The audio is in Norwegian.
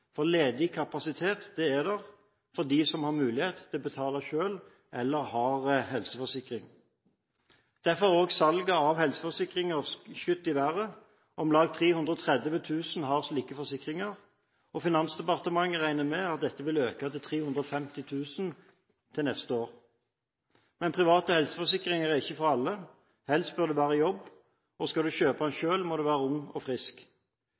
for ledig kapasitet er det – for dem som har mulighet til å betale selv, eller som har helseforsikring. Derfor har også salget av helseforsikringer skutt i været. Omtrent 330 000 personer har slike forsikringer. Finansdepartementet regner med at dette vil øke til 350 000 til neste år. Men privat helseforsikring er ikke for alle. Helst bør du være i jobb, og skal du kjøpe den selv, må du være ung og frisk.